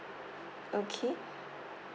okay